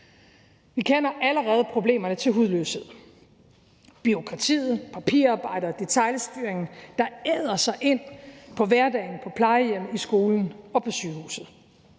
Vi kender allerede problemerne til hudløshed: bureaukratiet, papirarbejdet og detailstyringen, der æder sig ind på hverdagen på plejehjemmet, i skolen og på sygehuset,